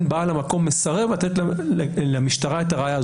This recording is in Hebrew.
בעל המקום מסרב לתת למשטרה את הראיה הזאת.